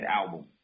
album